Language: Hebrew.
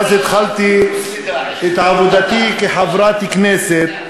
מאז התחלתי את עבודתי כחברת כנסת,